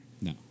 No